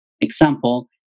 example